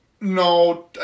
No